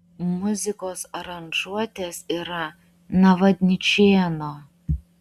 muzikos aranžuotės yra navadničėno